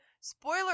spoiler